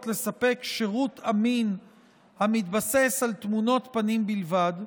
לספק שירות אמין המתבסס על תמונות פנים בלבד,